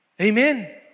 Amen